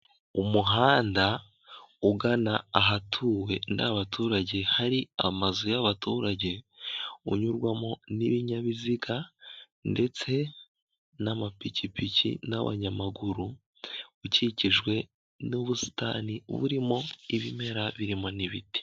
Umuhanda ugana ahatuwe n'abaturage hari amazu y'abaturage unyurwamo n'ibinyabiziga ndetse n'amapikipiki n'abanyamaguru, ukikijwe n'ubusitani burimo ibimera birimo n'ibiti.